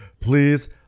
please